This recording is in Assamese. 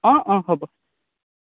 অঁ অঁ হ'ব